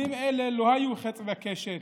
כלים אלה לא היו חץ וקשת,